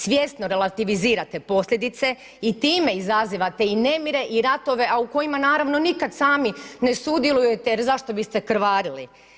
Svjesno relativizirate posljedice i time izazivate i nemire i ratove, a u kojima naravno nikada sami ne sudjelujete, jer zašto biste krvarili.